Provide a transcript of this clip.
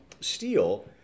steel